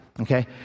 okay